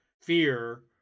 fear